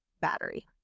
battery